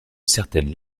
certaines